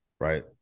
right